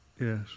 Yes